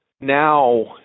now